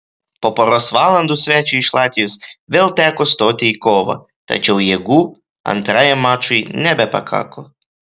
po poros valandų svečiui iš latvijos vėl teko stoti į kovą tačiau jėgų antrajam mačui nebepakako